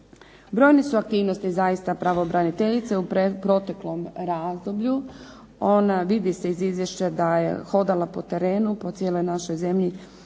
Brojne su aktivnosti zaista pravobraniteljice u proteklom razdoblju, ona vidi se iz izvješća da je hodala po terenu, po cijeloj našoj zemlji,